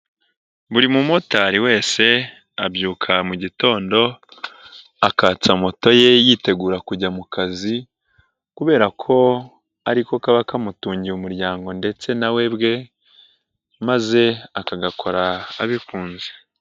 Buri mumotari wese abyuka mu gitondo akatsa moto ye yitegura kujya mu kazi kubera ko ariko kaba kamutungiye umuryango ndetse na we ubwe maze akagakora abikunze.